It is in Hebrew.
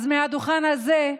מהדוכן הזה,